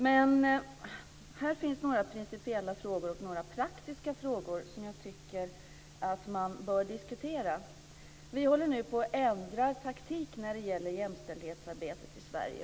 Men här finns några principiella och praktiska frågor som jag tycker att man bör diskutera. Vi håller på att ändra taktiken i jämställdhetsarbetet i Sverige.